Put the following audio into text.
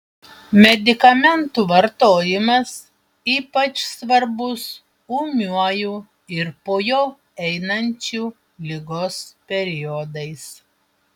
medikamentų vartojimas ypač svarbus ūmiuoju ir po jo einančiu ligos periodais